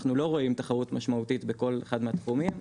אנחנו לא רואים תחרות משמעותית בכל אחד מהתחומים